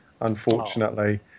Unfortunately